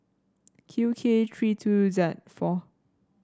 Q K three two Z four